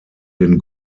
den